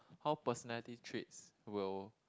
how personality traits will